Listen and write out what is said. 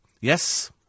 yes